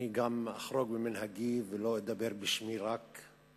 אני גם אחרוג ממנהגי ולא אדבר רק בשמי